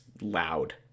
loud